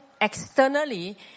externally